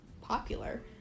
popular